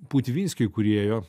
putvinskio įkūrėjo